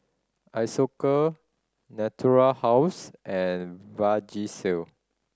Isocal Natura House and Vagisil